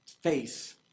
face